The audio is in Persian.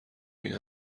این